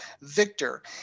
victor